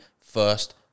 first